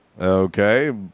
Okay